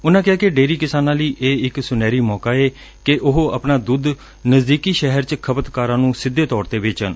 ਉਨੁਂ ਕਿਹਾ ਕਿ ਡੇਅਰੀ ਕਿਸਾਨਾਂ ਲਈ ਇਹ ਇਕ ਸ਼ਨਹਿਰੀ ਮੌਕਾ ਏ ਕਿ ਉਹ ਆਪਣਾ ਦੁੱਧ ਨਜ਼ਦੀਕੀ ਸ਼ਹਿਰ ਚ ਖਪਤਕਾਰਾ ਨੂੰ ਸਿੱਧੇ ਤੌਰ ਤੇ ਵੇਚਣ